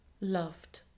loved